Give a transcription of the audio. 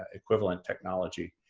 equivalent technology,